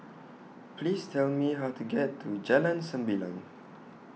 Please Tell Me How to get to Jalan Sembilang